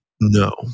no